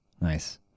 Nice